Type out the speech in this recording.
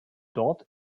dort